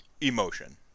emotion